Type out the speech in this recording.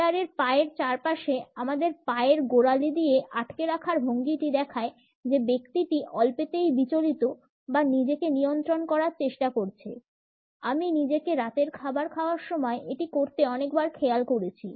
চেয়ারের পায়ের চারপাশে আমাদের পায়ের গোড়ালি দিয়ে আটকে রাখার ভঙ্গিটি দেখায় যে ব্যক্তিটি অল্পেতেই বিচলিত বা নিজেকে নিয়ন্ত্রণ করার চেষ্টা করছে আমি নিজেকে রাতের খাবার খাওয়ার সময় এটি করতে অনেকবার খেয়াল করেছি